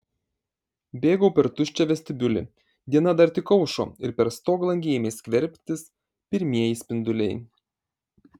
bėgau per tuščią vestibiulį diena dar tik aušo ir per stoglangį ėmė skverbtis pirmieji spinduliai